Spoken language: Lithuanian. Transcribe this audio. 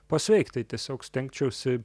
pasveikt tai tiesiog stengčiausi